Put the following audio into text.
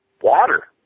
water